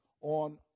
on